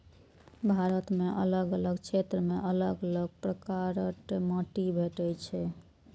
भारत मे अलग अलग क्षेत्र मे अलग अलग प्रकारक माटि भेटै छै